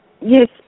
Yes